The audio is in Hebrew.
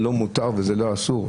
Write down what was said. לא מותר ולו אסור?